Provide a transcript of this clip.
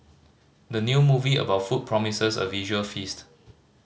the new movie about food promises a visual feast